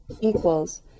equals